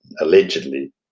allegedly